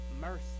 mercy